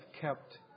kept